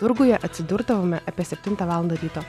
turguje atsidurdavome apie septintą valandą ryto